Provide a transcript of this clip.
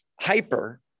hyper